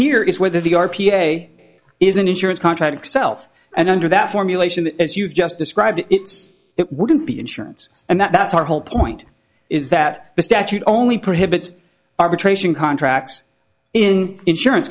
here is whether the are p a a is an insurance contract excel and under that formulation as you've just described it wouldn't be insurance and that's our whole point is that the statute only prohibits arbitration contracts in insurance